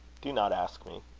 do not ask me.